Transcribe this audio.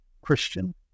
Christian